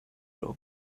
rope